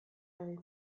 egin